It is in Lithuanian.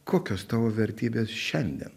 kokios tavo vertybės šiandien